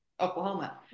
Oklahoma